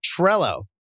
Trello